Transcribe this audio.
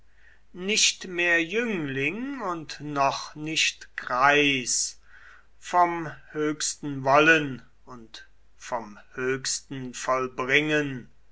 nicht mehr jüngling und noch nicht greis vom höchsten wollen und vom höchsten vollbringen